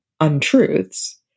untruths